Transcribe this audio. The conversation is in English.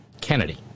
Kennedy